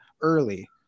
early